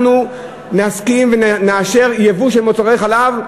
אנחנו נסכים ונאשר ייבוא של מוצרי חלב.